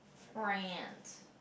friends